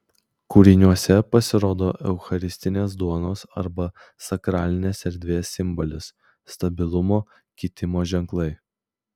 kūriniuose pasirodo eucharistinės duonos arba sakralinės erdvės simbolis stabilumo kitimo ženklai